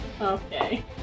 Okay